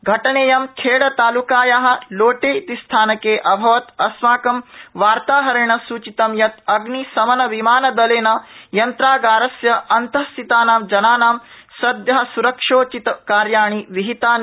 घटनेयं खेड़ तालुकाया लोटे इति स्थानके अभवत अस्माकं वार्ताहरेण सुचितं यत अग्निशमनविमान दलेन यन्त्रागारस्य अन्तः स्थितानां जननां सदय सुरक्षोचितकार्याणि विहितानि